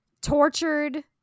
tortured